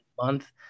month